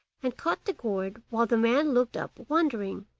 and caught the gourd while the man looked up wondering,